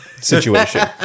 situation